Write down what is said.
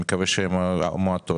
ואני מקווה שהן מועטות,